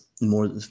more